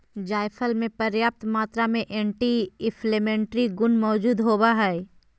जायफल मे प्रयाप्त मात्रा में एंटी इंफ्लेमेट्री गुण मौजूद होवई हई